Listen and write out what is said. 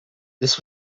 this